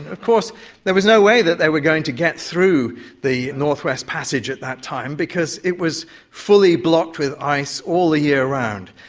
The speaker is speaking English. of course there was no way that they were going to get through the northwest passage at that time because it was fully blocked with ice all the year round.